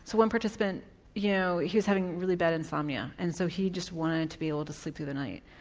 so one participant you know he's having really bad insomnia and so he just wanted to be able to sleep through the night,